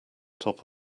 top